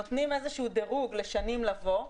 נותנים דירוג לשנים לבוא,